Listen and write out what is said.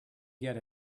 get